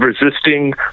resisting